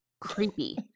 creepy